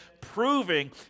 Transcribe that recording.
proving